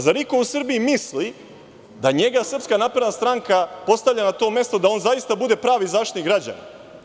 Zar iko u Srbiji misli da njega Srpska napredna stranka postavlja na to mesto da on zaista bude pravi Zaštitnik građana?